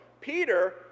Peter